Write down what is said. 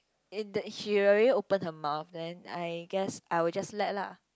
and the she already open her mouth then I guess I will just let lah